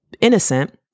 innocent